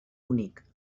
únic